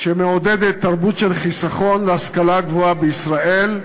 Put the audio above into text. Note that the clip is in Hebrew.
שמעודדת תרבות של חיסכון להשכלה גבוהה בישראל,